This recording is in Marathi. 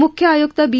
मुख्य आयुक्त बी